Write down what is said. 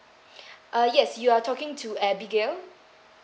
uh yes you are talking to abigail